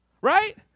right